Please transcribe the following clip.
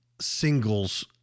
singles